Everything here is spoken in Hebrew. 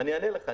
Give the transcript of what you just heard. אני אענה לך.